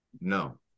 no